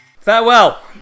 Farewell